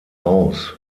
aus